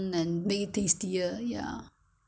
maybe have to have to improve on it